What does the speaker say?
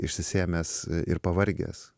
išsisėmęs ir pavargęs